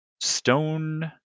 stone